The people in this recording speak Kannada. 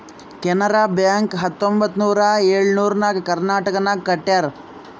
ಕೆನರಾ ಬ್ಯಾಂಕ್ ಹತ್ತೊಂಬತ್ತ್ ನೂರಾ ಎಳುರ್ನಾಗ್ ಕರ್ನಾಟಕನಾಗ್ ಕಟ್ಯಾರ್